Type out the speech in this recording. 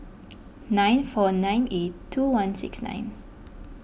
nine four nine eight two one six nine